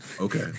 okay